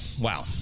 Wow